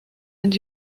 and